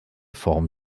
form